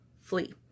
flee